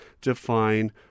define